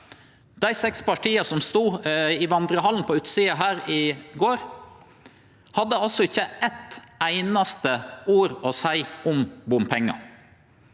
Dei seks partia som stod i vandrehallen på utsida her i går, hadde ikkje eit einaste ord å seie om bompengar,